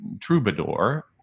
troubadour